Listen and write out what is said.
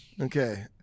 Okay